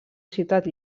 ciutat